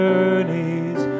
journeys